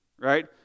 right